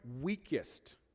weakest